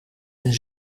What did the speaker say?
een